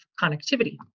connectivity